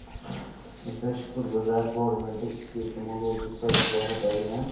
أسۍ ہَسا چھِ شُکُر گُزار گورمیٚنٹٕکۍ کہ تمو لوگ یہِ سوٚچہِ بھارَت أبیان